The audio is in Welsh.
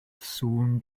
sŵn